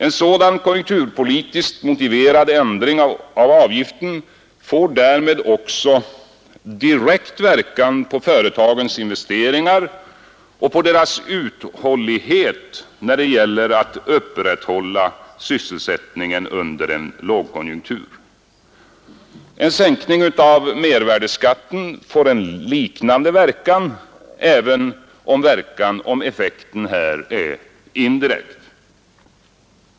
En sådan konjunkturpolitiskt motiverad ändring av avgiften får därmed också direkt verkan på företagens investeringar och på deras uthållighet när det gäller att upprätthålla sysselsättningen under en lågkonjunktur. En sänkning av mervärdeskatten får en liknande verkan även om effekten här är indirekt.